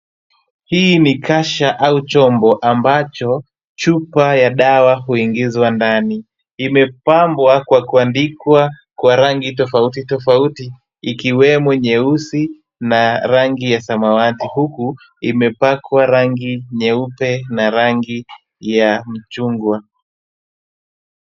Hii ni kasha au chombo ambacho chupa ya dawa huingizwa ndani. Imepambwa kwa kuandikwa kwa rangi tofauti tofauti ikiwemo nyeusi na rangi ya samawati huku imepakwa rangi nyeupe na rangi ya mchungwa.